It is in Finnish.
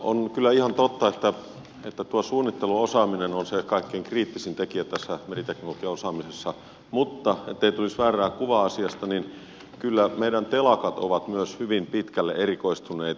on kyllä ihan totta että tuo suunnitteluosaaminen on se kaikkein kriittisin tekijä tässä meriteknologiaosaamisessa mutta ettei tulisi väärää kuvaa asiasta niin kyllä meidän telakat ovat myös hyvin pitkälle erikoistuneita